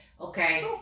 Okay